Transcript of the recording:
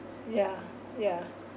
yeah yeah